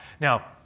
Now